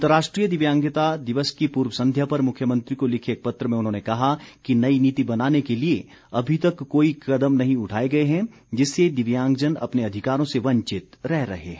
अंतर्राष्ट्रीय दिव्यांगता दिवस की पूर्व संध्या पर मुख्यमंत्री को लिखे एक पत्र में उन्होंने कहा कि नई नीति बनाने के लिए अभी तक कोई कदम नहीं उठाए गए हैं जिससे दिव्यांगजन अपने अधिकारों से वंचित रह रहे हैं